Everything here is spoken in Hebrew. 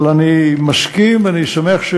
אבל אני מסכים ואני שמח,